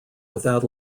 without